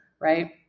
right